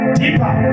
deeper